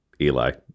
Eli